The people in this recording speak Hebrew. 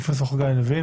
פרופ' חגי לוין,